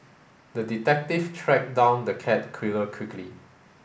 the detective tracked down the cat killer quickly